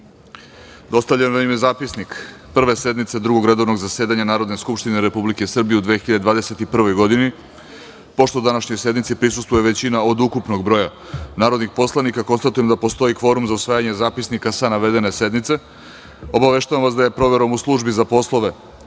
vam je Zapisnik Prve sednice Drugog redovnog zasedanja Narodne skupštine Republike Srbije u 2021. godini. Pošto današnjoj sednici prisustvuje većina od ukupnog broja narodnih poslanika, konstatujem da postoji kvorum za usvajanje zapisnika sa navedene sednice. Obaveštavam vas da je proverom u službi za poslove